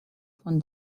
von